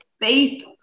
faith